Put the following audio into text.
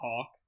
talk